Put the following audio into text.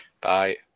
Bye